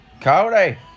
Cody